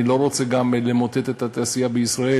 אני לא רוצה למוטט את התעשייה בישראל